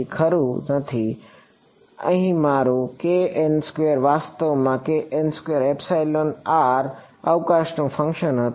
ખરું નથી અહીં મારું વાસ્તવમાં અવકાશનું ફંક્શન હતું